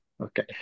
Okay